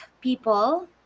people